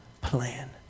plan